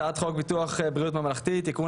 הצעת חוק ביטוח בריאות ממלכתי (תיקון,